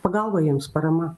pagalba jiems parama